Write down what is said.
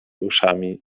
uszami